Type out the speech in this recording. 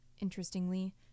Interestingly